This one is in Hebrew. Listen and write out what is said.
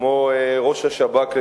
כמו ראש השב"כ לשעבר,